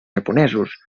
japonesos